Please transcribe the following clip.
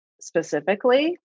specifically